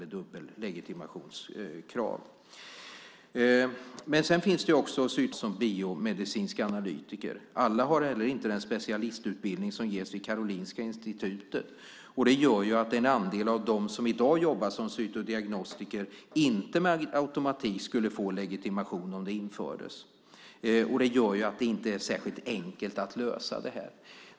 Det finns också cytodiagnostiker i Sverige som inte har som bas biomedicinsk analytiker. Alla har inte heller den specialistutbildning som ges vid Karolinska Institutet. Det gör att en andel av dem som i dag jobbar som cytodiagnostiker inte med automatik skulle få legitimation om den infördes. Det gör att det inte är särskilt enkelt att lösa det här.